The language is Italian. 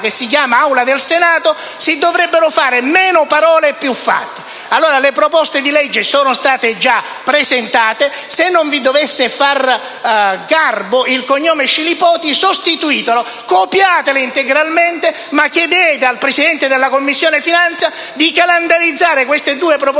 dell'Aula del Senato, vi dovrebbero essere meno parole e più fatti. *(Commenti del Gruppo M5S).* Le proposte di legge sono già state presentate. Se non vi dovesse far garbo il cognome Scilipoti, sostituitelo, copiatele integralmente, ma chiedete al Presidente della Commissione finanze di calendarizzare queste due proposte